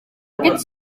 aquest